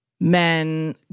Men